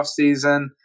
offseason